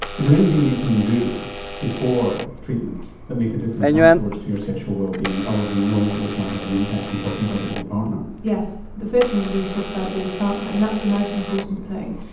is there anything you can do before treatment that could make a difference afterwards to your sexual wellbeing other than knowing that this might have an impact and talking about it with your partner? yes, the first thing you can do is talk about it with your partner and that's the most important thing.